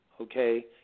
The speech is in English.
okay